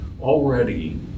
already